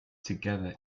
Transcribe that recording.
together